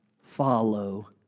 follow